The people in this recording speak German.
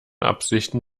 absichten